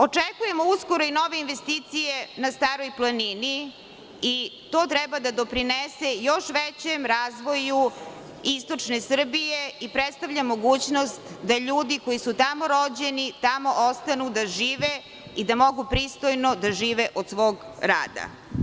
Očekujemo uskoro i nove investicije na Staroj planini i to treba da doprinese još većem razvoju istočne Srbije i predstavlja mogućnost da ljudi koji su tamo rođeni tamo i ostanu da žive i da mogu pristojno da žive od svog rada.